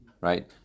right